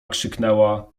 krzyknęła